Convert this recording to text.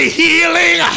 healing